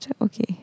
okay